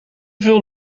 veel